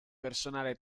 personale